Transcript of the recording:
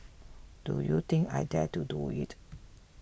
do you think I dare to do it